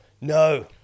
No